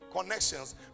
Connections